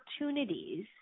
opportunities